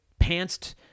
pantsed